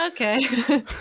Okay